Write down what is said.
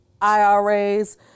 IRAs